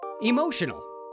Emotional